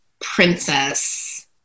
princess